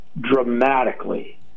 dramatically